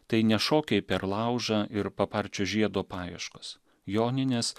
tai ne šokiai per laužą ir paparčio žiedo paieškos joninės